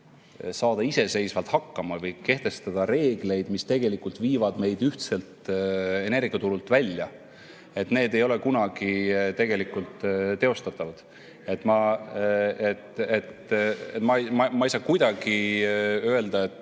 saada iseseisvalt hakkama või kehtestada reegleid, mis tegelikult viivad meid ühtselt energiaturult välja, ei ole kunagi teostatavad. Ma ei saa kuidagi öelda, et